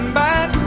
back